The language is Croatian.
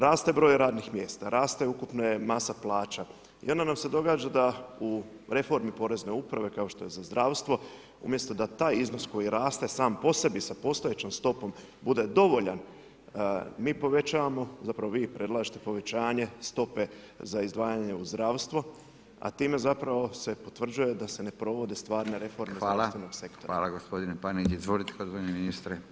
Raste broj radnih mjesta, raste ukupna masa plaća i onda nam se događa da u reformi porezne uprave, kao što je za zdravstvo, umjesto da taj iznos koji raste sam po sebi sa postojećom stopom bude dovoljan, mi povećavamo zapravo vi predlažete povećanje stope za izdvajanje u zdravstvo, a time zapravo se potvrđuje da se ne provode stvarne reforme u zdravstvenom sektoru.